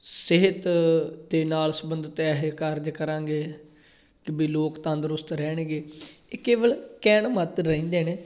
ਸਿਹਤ ਦੇ ਨਾਲ ਸੰਬੰਧਿਤ ਐਸੇ ਕਾਰਜ ਕਰਾਂਗੇ ਕਿ ਵੀ ਲੋਕ ਤੰਦਰੁਸਤ ਰਹਿਣਗੇ ਇਹ ਕੇਵਲ ਕਹਿਣ ਮਾਤਰ ਰਹਿੰਦੇ ਨੇ